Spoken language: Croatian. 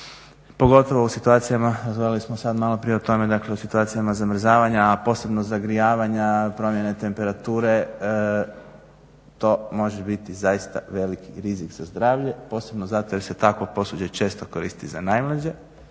dakle u situacijama zamrzavanja, a posebno zagrijavanja, promjena temperature, to može biti zaista velik rizik za zdravlje, posebno zato jer se takvo posuđe često koristi za najmlađe